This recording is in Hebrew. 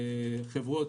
חברות